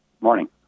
Morning